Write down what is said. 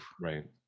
right